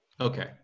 Okay